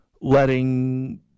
letting